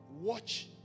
watch